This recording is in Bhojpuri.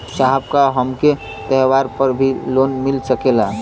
साहब का हमके त्योहार पर भी लों मिल सकेला?